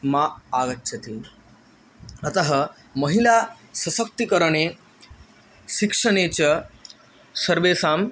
मा आगच्छति अतः महिला सशक्तिकरणे शिक्षणे च सर्वेषाम्